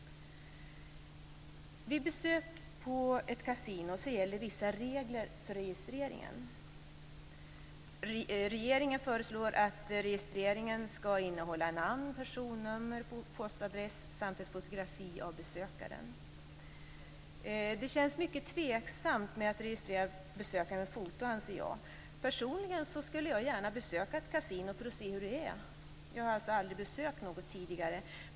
Vid besök på ett kasino gäller vissa regler för registreringen. Regeringen föreslår att registreringen skall innehålla namn, personnummer, postadress samt ett fotografi av besökaren. Det känns mycket tveksamt att registrera besökare med foto, anser jag. Personligen skulle jag gärna besöka ett kasino för att se hur det är. Jag har alltså aldrig besökt något tidigare.